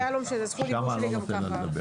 זכות הדיבור שלי גם ככה.